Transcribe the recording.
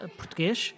português